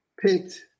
picked